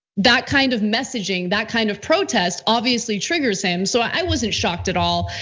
that kind of messaging, that kind of protest obviously triggers him. so, i wasn't shocked at all,